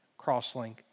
Crosslink